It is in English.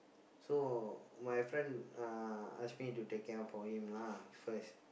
so my friend uh ask me to take care for him lah at first